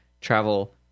travel